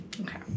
Okay